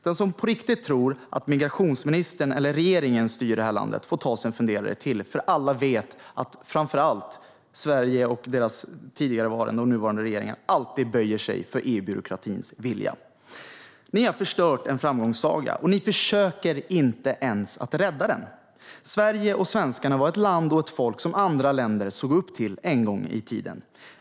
Den som på riktigt tror att migrationsministern eller regeringen styr detta land får ta sig en funderare till, för alla vet att framför allt Sverige och dess tidigvarande och nuvarande regeringar alltid böjer sig för EU-byråkratins vilja. Ni har förstört en framgångssaga, och ni försöker inte ens att rädda den. Sverige och svenskarna var ett land och ett folk som andra länder såg upp till en gång i tiden.